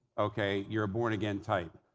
okay, you're a born-again type.